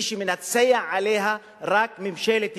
מי שמנצח עליה זה רק ממשלת ישראל,